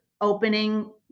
opening